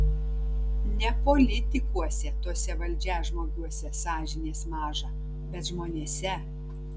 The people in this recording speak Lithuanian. ne politikuose tuose valdžiažmogiuose sąžinės maža bet žmonėse